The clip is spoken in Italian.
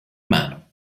mano